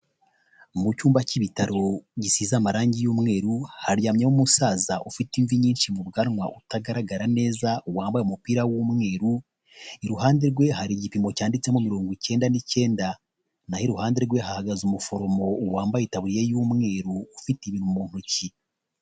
Mu cyumba cy'ibitaro gisize amarangi y'umweru haryamyemo umusaza ufite imvi nyinshi mu bwanwa utagaragara neza wambaye umupira w'umweru, iruhande rwe hari igipimo cyanditsemo mirongo icyenda n'icyenda naho iruhande rwe hahagaze umuforomo wambaye itaburiye y'umweru ufite ibi mu ntoki.